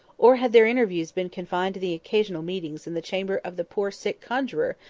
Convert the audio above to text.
or had their interviews been confined to the occasional meetings in the chamber of the poor sick conjuror,